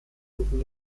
und